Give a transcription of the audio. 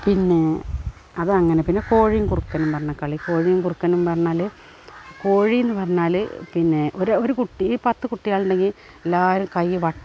പിന്നേ അതങ്ങനെ പിന്നെ കോഴിയും കുറുക്കനും പറഞ്ഞ കളി കോഴിയും കുറുക്കനും പറഞ്ഞാൽ കോഴിയെന്നു പറഞ്ഞാൽ പിന്നെ ഒരു ഒരു കുട്ടി ഈ പത്തു കുട്ടികളുണ്ടെങ്കിൽ എല്ലാവരും കൈ വ